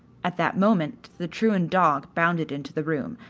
at that moment the truant dog bounded into the room,